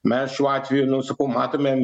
mes šiuo atveju nu sakau matome